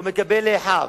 הוא מקבל לאחיו.